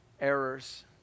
errors